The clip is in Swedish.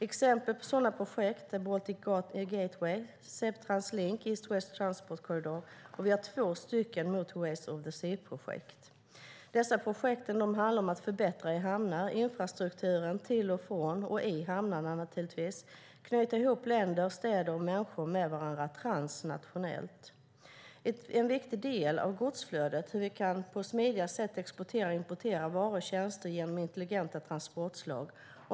Exempel på sådana projekt är Baltic Gateway, Sebtrans-Link, East West Transport Corridor och två Motorways of the Sea-projekt. Dessa projekt handlar om att förbättra i hamnar, att förbättra infrastrukturen till och från hamnarna och att knyta ihop länder, städer och människor med varandra transnationellt. En viktig del är godsflödet och hur vi på smidigast sätt kan exportera och importera varor och tjänster genom intelligenta transportslag.